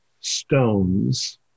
stones